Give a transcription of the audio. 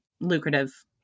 lucrative